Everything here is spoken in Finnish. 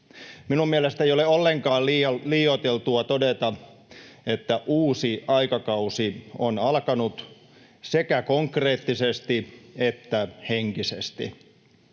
Minun mielestäni ei ole ollenkaan liioiteltua todeta, että uusi aikakausi on alkanut sekä konkreettisesti että henkisesti.